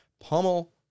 pummel